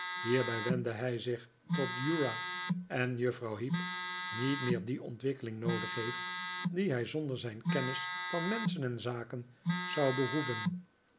hierbij wendde hij zich tot uriah en juffrouw heep niet meer die ontwikkeling noodig heeft die hij zonder zijn kennis van menschen en zaken zou behoeven